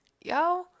Yo